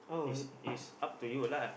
is is up to you lah